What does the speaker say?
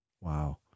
Wow